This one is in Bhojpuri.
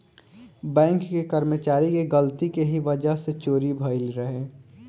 बैंक के कर्मचारी के गलती के ही वजह से चोरी भईल रहे